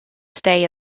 stay